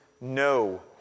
no